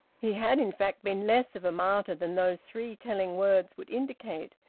he had in fact been less of a martyr than those three telling words would indicate.